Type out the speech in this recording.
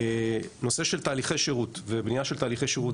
נושא של תהליכי שירות ובנייה של תהליכי שירות,